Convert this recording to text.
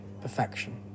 perfection